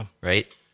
right